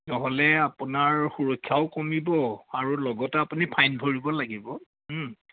নহ'লে আপোনাৰ সুৰক্ষাও কমিব আৰু লগতে আপুনি ফাইন ভৰিব লাগিব হু